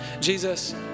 Jesus